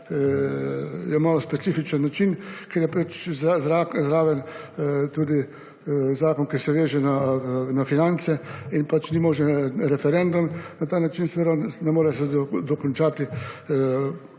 je malo specifičen način, ker je zraven tudi zakon, ki se veže na finance in ni možen referendum. Na ta način se ne more dokončati